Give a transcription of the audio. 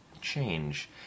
Change